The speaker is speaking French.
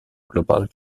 global